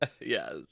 Yes